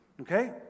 okay